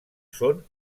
són